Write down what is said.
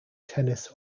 tennis